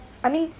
I mean